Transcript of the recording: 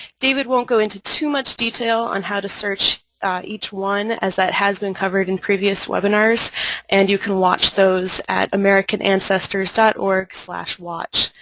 david won't go into too much detail on how to search each one as that has been covered in previous webinars and you can watch those at american ancestors dot org slash watch.